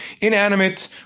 inanimate